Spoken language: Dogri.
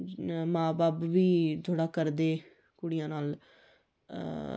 मां ब'ब्ब बी थोह्ड़ा करदे कुड़ियां नाल अ